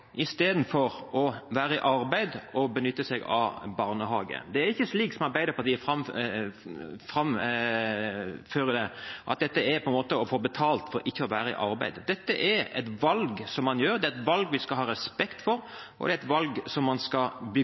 å være i arbeid og benytte seg av barnehage. Det er ikke slik som Arbeiderpartiet framstiller det, at dette er å få betalt for ikke å være i arbeid. Dette er et valg man gjør, det er et valg vi skal ha respekt for, og det er et valg man skal